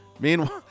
Meanwhile